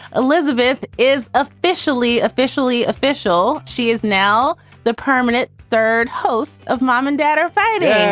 elizabeth is officially officially official. she is now the permanent third host of mom and dad are fighting